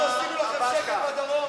אנחנו עשינו לכם שקט בדרום,